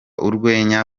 urwenya